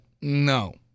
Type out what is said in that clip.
No